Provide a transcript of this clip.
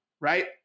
right